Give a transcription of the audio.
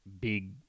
big